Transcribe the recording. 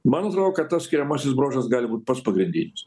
man atrodo kad tas skiriamasis bruožas gali būt pats pagrindinis